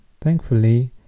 Thankfully